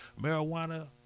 Marijuana